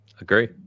Agree